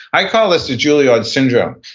i call this the julliard syndrome.